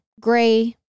Gray